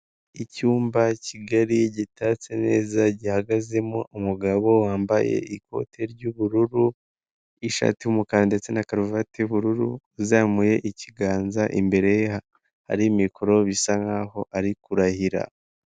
Icyumba kigali gitatse neza gihagazemo umugabo wambaye ikote ry'ubururu, ishati y'umukara ndetse na karuvati y'ubururu uzamuye ikiganza imbere hari mikoro bisa nkaho ari kurahira.